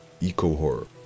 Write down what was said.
eco-horror